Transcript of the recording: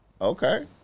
Okay